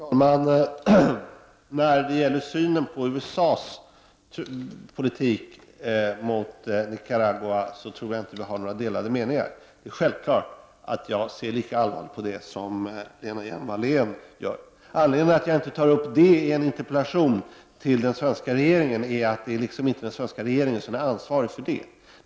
Herr talman! När det gäller synen på USA:s politik gentemot Nicaragua tror jag inte att vi har några delade meningar. Det är självklart att jag ser lika allvarligt på detta som Lena Hjelm-Wallén. Anledningen till att jag inte tar upp detta i en interpellation till den svenska regeringen är att den svenska regeringen inte är ansvarig för detta.